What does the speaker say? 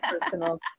personal